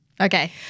Okay